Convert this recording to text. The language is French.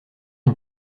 une